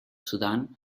sudan